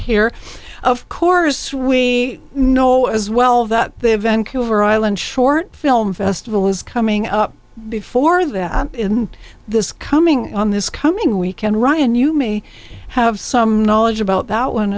here of course we know as well that the event over oil and short film festival is coming up before that in this coming on this coming weekend ryan you may have some knowledge about that one